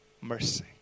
mercy